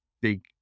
big